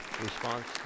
response